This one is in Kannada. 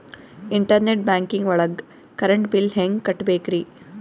ಇಂಟರ್ನೆಟ್ ಬ್ಯಾಂಕಿಂಗ್ ಒಳಗ್ ಕರೆಂಟ್ ಬಿಲ್ ಹೆಂಗ್ ಕಟ್ಟ್ ಬೇಕ್ರಿ?